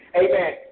Amen